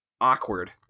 awkward